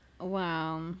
Wow